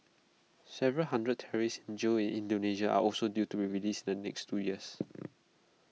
several hundred terrorists in jail in Indonesia are also due to be released the next two years